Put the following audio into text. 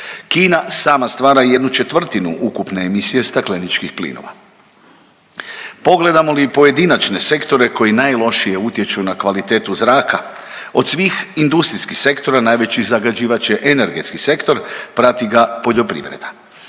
Kina sama stvara 1/4 ukupne emisije stakleničkih plinova. Pogledamo li i pojedinačne sektore koji najlošije utječu na kvalitetu zraka od svih industrijskih sektora najveći zagađivač je energetski sektor, prati ga poljoprivreda.